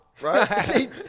right